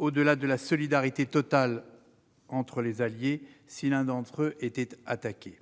au-delà de la solidarité totale entre les alliés si l'un d'entre eux était attaqué.